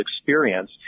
experience